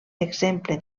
exemple